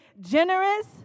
generous